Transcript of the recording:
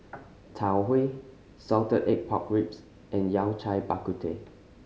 Tau Huay salted egg pork ribs and Yao Cai Bak Kut Teh